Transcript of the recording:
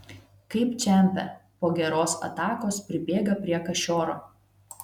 kaip čempe po geros atakos pribėga prie kašioro